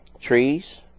trees